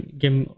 game